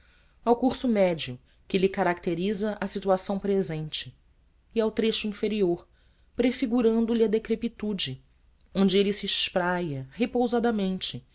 ao curso médio que lhe caracteriza a situação presente e ao trecho inferior prefigurando lhe a decrepitude onde ele se espraia repousadamente